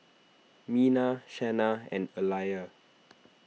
Mina Shanna and Alijah